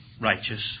righteous